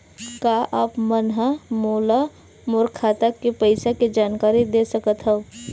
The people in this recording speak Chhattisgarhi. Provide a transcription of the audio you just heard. का आप मन ह मोला मोर खाता के पईसा के जानकारी दे सकथव?